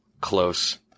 close